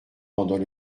pendant